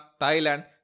Thailand